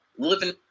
Living